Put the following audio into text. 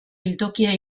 biltokia